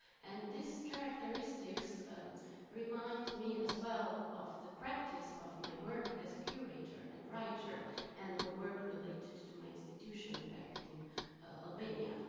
and these characteristics remind me as well of the practice of my work as a curator and writer and the work related to my institution back in albania,